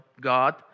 God